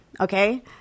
okay